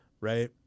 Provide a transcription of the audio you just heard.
right